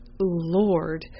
Lord